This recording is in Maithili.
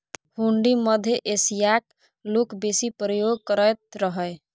हुंडी मध्य एशियाक लोक बेसी प्रयोग करैत रहय